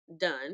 done